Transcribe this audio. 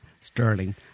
sterling